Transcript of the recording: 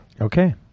Okay